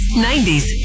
90s